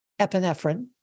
epinephrine